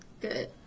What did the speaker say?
Good